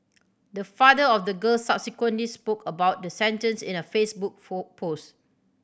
the father of the girl subsequently spoke about the sentence in a Facebook post